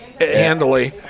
Handily